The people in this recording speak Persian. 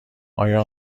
آیا